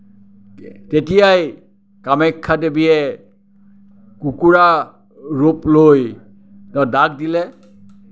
তেতিয়াই কামাখ্যা দেৱীয়ে কুকুৰা ৰূপ লৈ তেওঁ ডাক দিলে